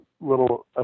little